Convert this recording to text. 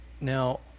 Now